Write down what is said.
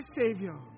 Savior